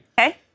Okay